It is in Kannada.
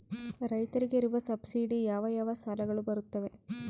ರೈತರಿಗೆ ಇರುವ ಸಬ್ಸಿಡಿ ಯಾವ ಯಾವ ಸಾಲಗಳು ಬರುತ್ತವೆ?